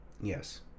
Yes